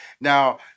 now